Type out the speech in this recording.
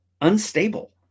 unstable